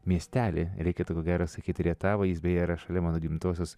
miestelį reikėtų ko gero sakyti rietavo jis beje yra šalia mano gimtosios